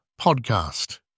podcast